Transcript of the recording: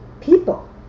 people